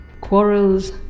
Quarrels